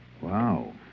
Wow